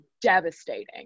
devastating